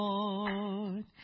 Lord